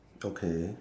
okay